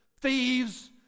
thieves